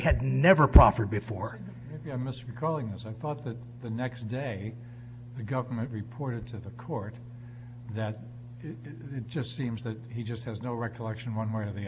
had never proffered before miss recalling as i thought that the next day the government reported to the court that it just seems that he just has no recollection one way or the